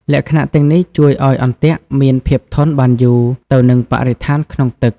លក្ខណៈទាំងនេះជួយឲ្យអន្ទាក់មានភាពធន់បានយូរទៅនឹងបរិស្ថានក្នុងទឹក។